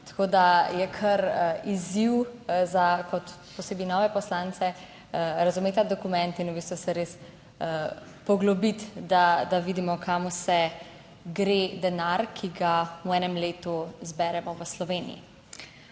tako da je kar izziv, za kot posebej nove poslance, razumeti ta dokument in v bistvu se res poglobiti, da vidimo, kam vse gre denar, ki ga v enem letu zberemo v Sloveniji.